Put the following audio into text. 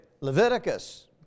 Leviticus